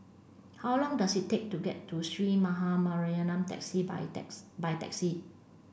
how long does it take to get to Sree Maha Mariamman taxi by by taxi